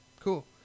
Cool